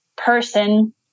person